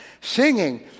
singing